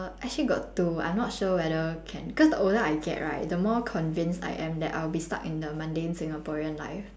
I actually got two I not sure whether can because the older I get right the more convinced I am that I'll be stuck in the mundane singaporean life